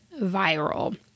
viral